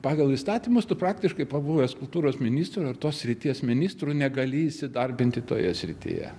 pagal įstatymus tu praktiškai pabuvęs kultūros ministru ir tos srities ministru negali įsidarbinti toje srityje